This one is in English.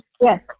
yes